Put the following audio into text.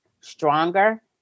stronger